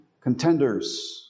contenders